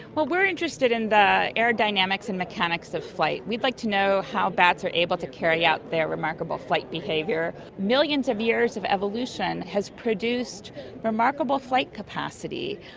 but we're interested in the aerodynamics and mechanics of flight. we'd like to know how bats are able to carry out their remarkable flight behaviour. millions of years of evolution has produced remarkable flight capacity,